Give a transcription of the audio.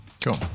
cool